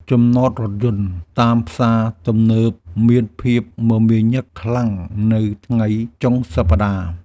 ចំណតរថយន្តតាមផ្សារទំនើបមានភាពមមាញឹកខ្លាំងនៅថ្ងៃចុងសប្តាហ៍។